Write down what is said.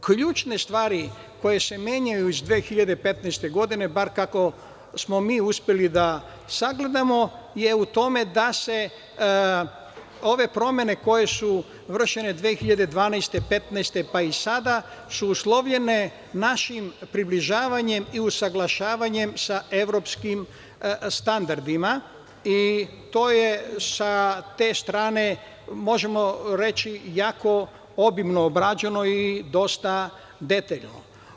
Ključne stvari koje se menjaju iz 2015. godine, bar kako smo mi uspeli da sagledamo, su u tome da su ove promene, koje su vršene 2012, 2015, pa i sada, uslovljene našim približavanjem i usaglašavanjem sa evropskim standardima, i to je, sa te strane možemo reći, jako obimno obrađeno i dosta detaljno.